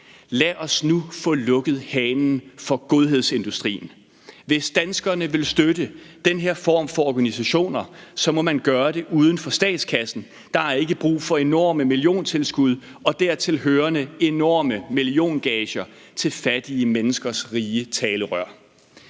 Lad os nu få lukket hanen for godhedsindustrien. Hvis danskerne vil støtte den her form for organisationer, må man gøre det uden for statskassen. Der er ikke brug for enorme milliontilskud og dertilhørende enorme milliongager til fattige menneskers rige talerør.